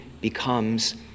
becomes